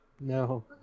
No